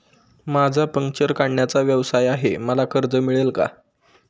माझा पंक्चर काढण्याचा व्यवसाय आहे मला कर्ज मिळेल का?